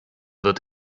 wird